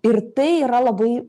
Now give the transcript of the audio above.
ir tai yra labai